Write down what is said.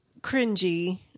cringy